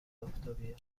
آفتابی